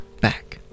back